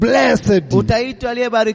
Blessed